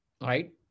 Right